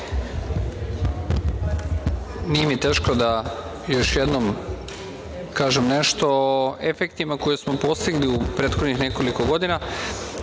Nije mi teško da još jednom kažem nešto o efektima koje smo postigli u prethodnih nekoliko